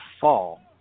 fall